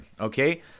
okay